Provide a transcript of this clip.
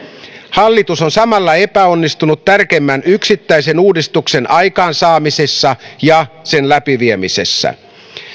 hallitus on samalla epäonnistunut tärkeimmän yksittäisen uudistuksen aikaansaamisessa ja läpiviemisessä